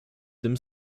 tym